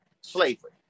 slavery